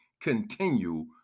continue